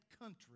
country